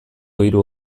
hiru